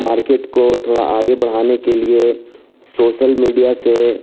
market کو تھوڑا آگے بڑھانے کے لیے سوسل میڈیا سے